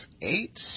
eight